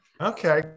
Okay